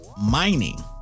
mining